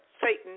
Satan